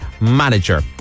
manager